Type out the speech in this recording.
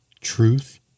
Truth